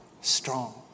strong